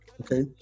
okay